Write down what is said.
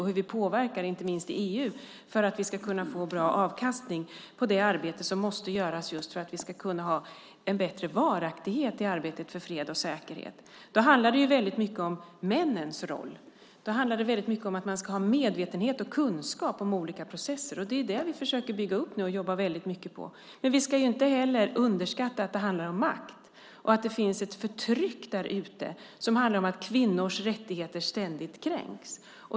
Det handlar om hur vi påverkar inte minst i EU för att vi ska kunna få bra avkastning på det arbete som måste göras för att vi ska kunna ha en bättre varaktighet när det gäller fred och säkerhet. Då handlar det mycket om männens roll. Det handlar mycket om att man ska ha medvetenhet och kunskap om olika processer. Det är det vi försöker bygga upp nu; vi jobbar mycket på det. Men vi ska inte heller underskatta att det handlar om makt. Det finns ett förtryck därute som handlar om att kvinnors rättigheter ständigt kränks.